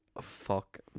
Fuck